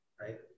right